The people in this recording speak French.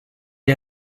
est